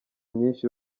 myinshi